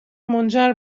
منجر